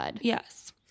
yes